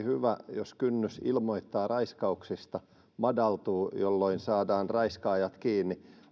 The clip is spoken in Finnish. jos kynnys ilmoittaa raiskauksista madaltuu jolloin saadaan raiskaajat kiinni